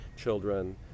children